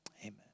Amen